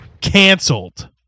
Canceled